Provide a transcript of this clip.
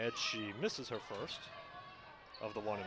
as she misses her first of the one